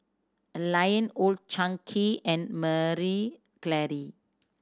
Lion Old Chang Kee and Marie Claire